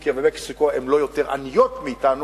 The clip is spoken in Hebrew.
טורקיה ומקסיקו הן לא יותר עניות מאתנו,